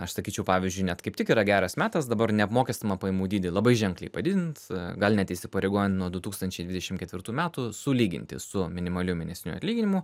aš sakyčiau pavyzdžiui net kaip tik yra geras metas dabar neapmokestinamą pajamų dydį labai ženkliai padidint gal net įsipareigojant nuo du tūkstančiai dvidešim ketvirtų metų sulyginti su minimaliu mėnesiniu atlyginimu